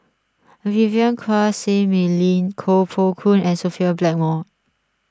Vivien Quahe Seah Mei Lin Koh Poh Koon and Sophia Blackmore